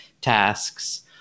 tasks